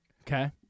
Okay